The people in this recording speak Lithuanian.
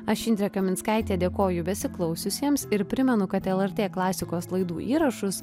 aš indrė kaminskaitė dėkoju besiklausiusiems ir primenu kad lrt klasikos laidų įrašus